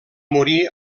morir